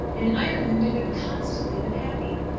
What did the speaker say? in ireland it had constantly been happy.